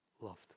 loved